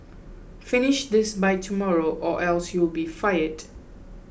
finish this by tomorrow or else you'll be fired